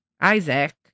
Isaac